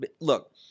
look